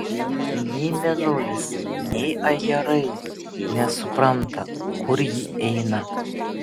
nei mėnulis nei ajerai nesupranta kur ji eina